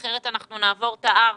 אחרת אנחנו נעבור את ההר